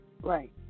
Right